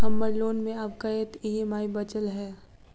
हम्मर लोन मे आब कैत ई.एम.आई बचल ह?